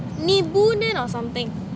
நீ பூணு:nee buunu or something